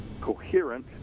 coherent